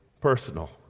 personal